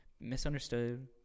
Misunderstood